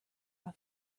our